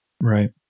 Right